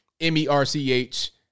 m-e-r-c-h